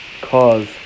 cause